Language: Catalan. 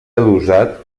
adossat